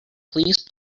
please